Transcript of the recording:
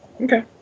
okay